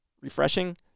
refreshing